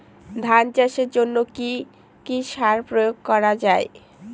ধান চাষের জন্য কি কি সার প্রয়োগ করা য়ায়?